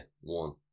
One